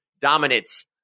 dominance